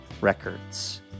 records